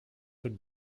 would